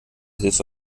hilfe